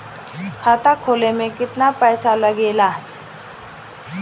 खाता खोले में कितना पैसा लगेला?